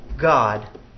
God